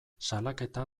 salaketa